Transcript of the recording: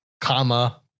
comma